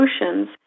emotions